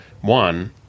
one